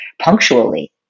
punctually